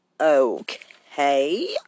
okay